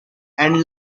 and